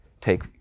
take